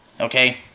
Okay